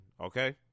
Okay